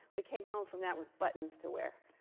we came home from that with buttons to wear.